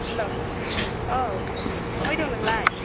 hello औ बबेहाय दं नोंलाय